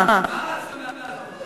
מה שאנחנו מסוגלים לסבול ולהשלים אתו.